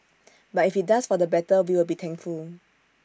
but if IT does for the better we will be thankful